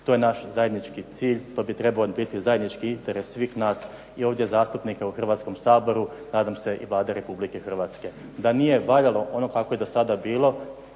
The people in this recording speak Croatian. To je naš zajednički cilj, to bi trebao biti zajednički interes svih nas i ovdje zastupnika u Hrvatskom saboru, nadam se i Vlade Republike Hrvatske. Da nije valjalo ono kako je do sada bilo